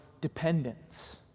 dependence